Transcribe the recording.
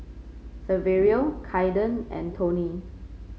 Saverio Kaiden and Tony